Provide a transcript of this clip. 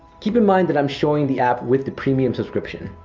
keep in mind that i am showing the app with the premium subscription.